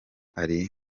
ari